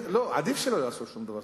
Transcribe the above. עדיף שלא יעשו שום דבר.